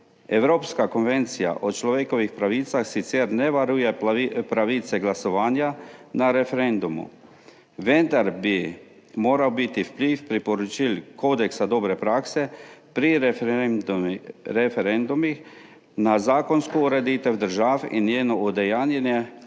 Evropska konvencija o človekovih pravicah sicer ne varuje pravice glasovanja na referendumu, vendar bi moral biti vpliv priporočil kodeksa dobre prakse pri referendumih na zakonsko ureditev držav in njeno udejanjanje